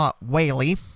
Whaley